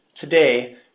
today